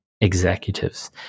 executives